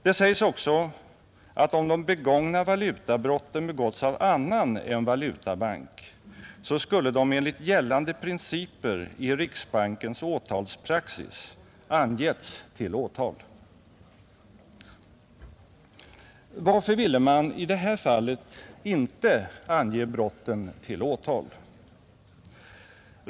Det sägs att om de begångna valutabrotten begåtts av annan än valutabank, så skulle de enligt gällande principer i riksbankens åtalspraxis ha angetts till åtal. Varför ville man i det här fallet inte ange brotten till åtal?